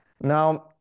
Now